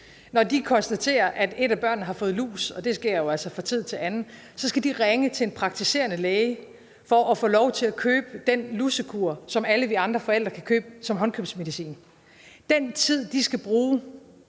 konstaterer, at et af børnene har fået lus, og det sker jo altså fra tid til anden, så skal de ringe til en praktiserende læge for at få lov til at købe den lusekur, som alle vi andre forældre kan købe som håndkøbsmedicin. Den tid, de skal bruge